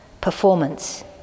Performance